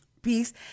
Peace